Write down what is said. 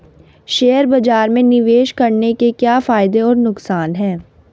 Share बाज़ार में निवेश करने के क्या फायदे और नुकसान हैं?